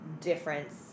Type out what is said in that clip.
difference